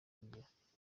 kugira